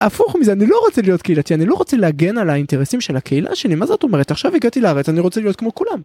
הפוך מזה אני לא רוצה להיות קהילתי אני לא רוצה להגן על האינטרסים של הקהילה שאני מה זאת אומרת עכשיו הגעתי לארץ אני רוצה להיות כמו כולם.